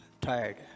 tired